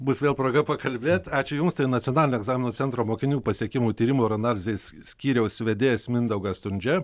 bus vėl proga pakalbėt ačiū jums tai nacionalinio egzaminų centro mokinių pasiekimų tyrimų ir analizės skyriaus vedėjas mindaugas stundžia